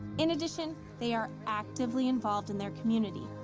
in addition, they are actively involved in their community,